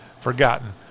forgotten